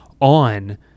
on –